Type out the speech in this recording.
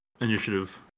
initiative